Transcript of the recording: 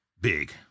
big